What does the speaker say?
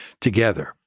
together